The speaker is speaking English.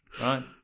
Right